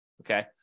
okay